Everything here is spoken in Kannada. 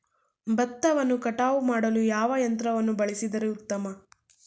ಭತ್ತವನ್ನು ಕಟಾವು ಮಾಡಲು ಯಾವ ಯಂತ್ರವನ್ನು ಬಳಸಿದರೆ ಉತ್ತಮ?